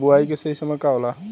बुआई के सही समय का होला?